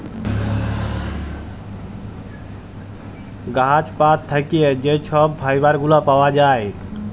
গাহাচ পাত থ্যাইকে যে ছব ফাইবার গুলা পাউয়া যায়